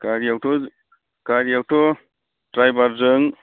गारियावथ' गारियावथ' द्राइबारजों